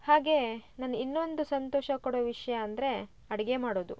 ಹಾಗೇ ನನ್ನ ಇನ್ನೊಂದ್ ಸಂತೋಷ ಕೊಡೋ ವಿಷಯ ಅಂದರೆ ಅಡುಗೆ ಮಾಡೋದು